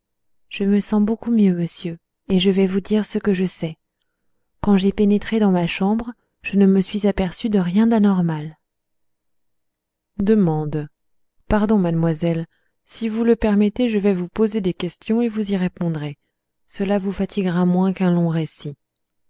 je me sens beaucoup mieux monsieur et je vais vous dire ce que je sais quand j'ai pénétré dans ma chambre je ne me suis aperçue de rien d'anormal d pardon mademoiselle si vous me le permettez je vais vous poser des questions et vous y répondrez cela vous fatiguera moins qu'un long récit